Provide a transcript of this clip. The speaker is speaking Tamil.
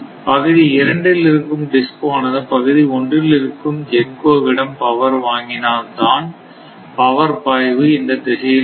பகுதி 2 இல் இருக்கும் DISCO ஆனது பகுதி 1 இல் இருக்கும் GENCO விடம் பவர் வாங்கினால் தான் பவர் பாய்வு இந்த திசையில் இருக்கும்